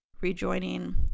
rejoining